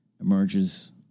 emerges